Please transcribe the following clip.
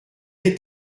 est